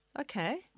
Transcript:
Okay